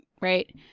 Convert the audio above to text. right